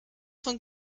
von